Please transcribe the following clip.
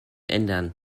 ändern